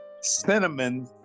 cinnamon